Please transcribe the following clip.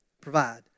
provide